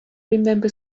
remember